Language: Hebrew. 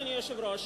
אדוני היושב-ראש,